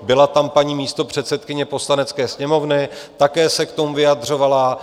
Byla tam paní místopředsedkyně Poslanecké sněmovny, také se k tomu vyjadřovala.